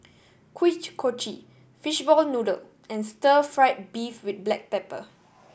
Kuih Kochi fishball noodle and stir fried beef with black pepper